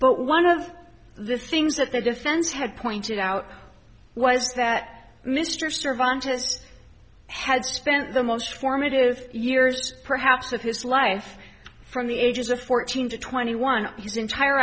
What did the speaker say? but one of the things that the defense had pointed out was that mr survive had spent the most formative years perhaps of his life from the ages of fourteen to twenty one his entire